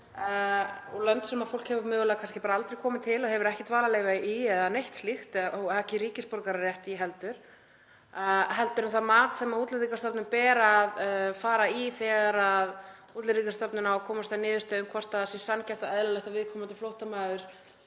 — löndum sem fólk hefur mögulega aldrei komið til og hefur ekki dvalarleyfi í eða neitt slíkt og ekki ríkisborgararétt heldur — en til þess mats sem Útlendingastofnun ber að fara í þegar Útlendingastofnun á að komast að niðurstöðu um hvort það sé sanngjarnt og eðlilegt að viðkomandi flóttamaður